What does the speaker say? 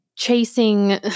chasing